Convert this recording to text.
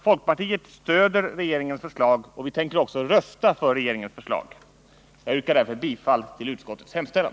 Folkpartiet stöder regeringens förslag, och vi tänker också rösta för det. Jag yrkar därför bifall till utskottets hemställan.